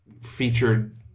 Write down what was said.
featured